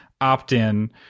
opt-in